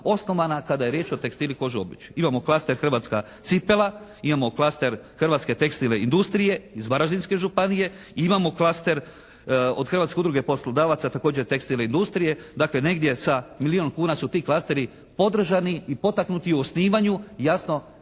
osnovana kada je riječ o tekstilu, koži i obući. Imamo klaster hrvatska cipela, imamo klaster hrvatske tekstilne industrije iz Varaždinske županije. Imamo klaster od Hrvatske udruge poslodavaca, također tekstilne industrije. Dakle negdje sa milijun kuna su ti klasteri održani i potaknuti u osnivanju. Jasno